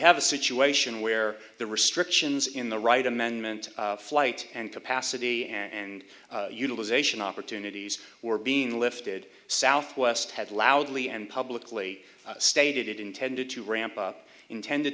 have a situation where the restrictions in the right amendment flight and capacity and utilization opportunities were being lifted southwest had loudly and publicly stated it intended to ramp up intended